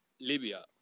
Libya